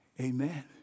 amen